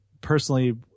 personally